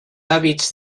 hàbits